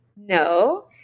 no